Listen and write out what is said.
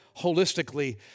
holistically